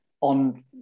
on